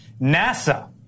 NASA